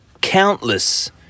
countless